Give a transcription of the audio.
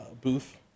booth